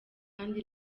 kandi